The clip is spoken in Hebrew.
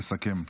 לסכם.